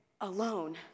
alone